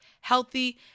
healthy